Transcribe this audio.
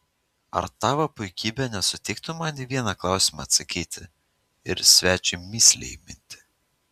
ar tavo puikybė nesutiktų man į vieną klausimą atsakyti ir svečiui mįslę įminti